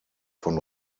von